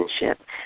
relationship